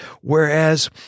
Whereas